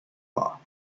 law